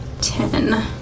Ten